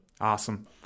Awesome